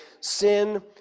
sin